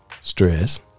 Stress